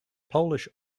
polish